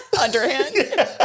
Underhand